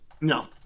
No